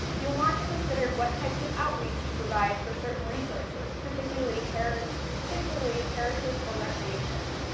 you'll want to consider what types of outreach to provide for certain resources, particularly heritage particularly heritage or recreation.